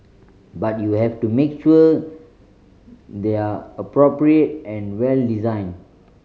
but you have to make sure they're appropriate and well designed